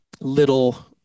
little